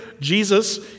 Jesus